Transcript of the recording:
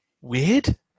weird